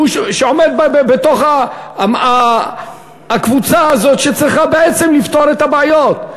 שעומד בתוך הקבוצה הזאת שצריכה בעצם לפתור את הבעיות,